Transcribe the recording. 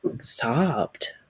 sobbed